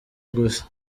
gusa